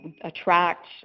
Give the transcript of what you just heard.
attract